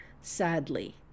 sadly